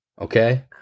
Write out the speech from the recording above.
Okay